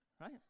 right